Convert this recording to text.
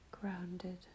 grounded